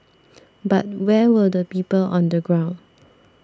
but where were the people on the ground